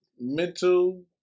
mental